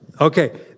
Okay